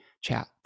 chat